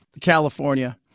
california